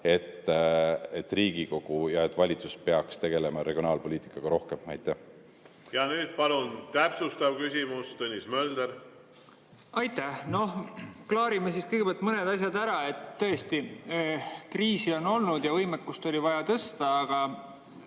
et Riigikogu ja valitsus peaksid tegelema regionaalpoliitikaga rohkem. Ja nüüd palun täpsustav küsimus, Tõnis Mölder. Aitäh! No klaarime siis kõigepealt mõned asjad ära. Tõesti, kriis on olnud ja võimekust oli vaja tõsta, aga